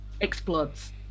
explodes